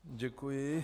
Děkuji.